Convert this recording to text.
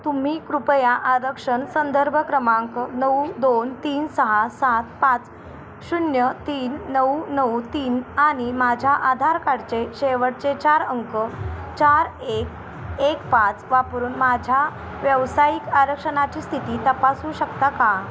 तुम्ही कृपया आरक्षण संदर्भ क्रमांक नऊ दोन तीन सहा सात पाच शून्य तीन नऊ नऊ तीन आणि माझ्या आधार कार्डचे शेवटचे चार अंक चार एक एक पाच वापरून माझ्या व्यावसायिक आरक्षणाची स्थिती तपासू शकता का